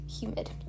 humid